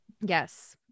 yes